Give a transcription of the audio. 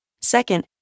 Second